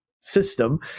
system